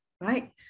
right